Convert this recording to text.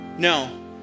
No